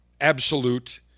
absolute